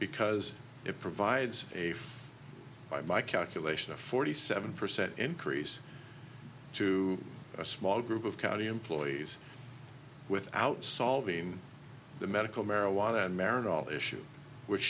because it provides a by my calculation a forty seven percent increase to a small group of county employees without solving the medical marijuana